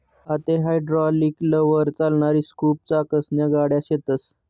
आते हायड्रालिकलवर चालणारी स्कूप चाकसन्या गाड्या शेतस